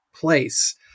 place